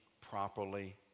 properly